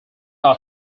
are